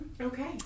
Okay